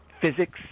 physics